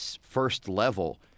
first-level